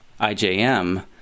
IJM